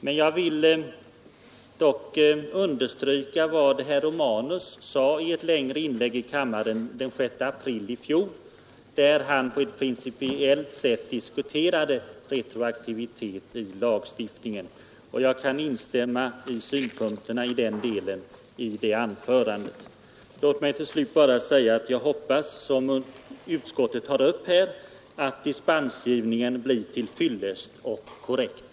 Men jag vill understryka och hänvisa till vad herr Romanus sade i ett längre inlägg i kammaren den 6 april i fjol, där han på ett principiellt sätt tog upp retroaktivitet i lagstiftningen till kritisk diskussion. Jag kan helt instämma i de synpunkterna. På beslutsplanet är läget nu uppenbarligen låst, varför jag inte har något yrkande. Låt mig till slut bara säga, att jag hoppas att dispensgivningen, som utskottet pekar på, åtminstone blir någorlunda till fyllest och korrekt.